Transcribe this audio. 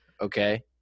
okay